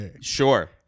Sure